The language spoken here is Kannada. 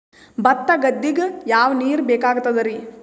ಭತ್ತ ಗದ್ದಿಗ ಯಾವ ನೀರ್ ಬೇಕಾಗತದರೀ?